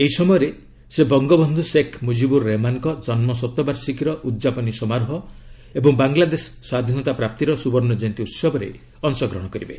ଏହି ସମୟରେ ସେ ବଙ୍ଗବନ୍ଧୁ ଶେଖ୍ ମୁଜିବୁର୍ ରହେମାନ୍ଙ୍କ ଜନ୍ମ ଶତବାର୍ଷିକୀର ଉଦ୍ଯାପନୀ ସମାରୋହ ଏବଂ ବାଂଲାଦେଶ ସ୍ୱାଧୀନତା ପ୍ରାପ୍ତିର ସବୁର୍ଣ୍ଣ ଜୟନ୍ତୀ ଉତ୍ସବରେ ଅଂଶ ଗ୍ରହଣ କରିବେ